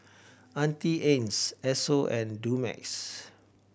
Auntie Anne's Esso and Dumex